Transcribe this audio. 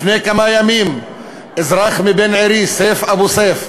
לפני כמה ימים אזרח בן עירי, סיף אבו סיף,